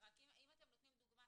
אתם נותנים דוגמה,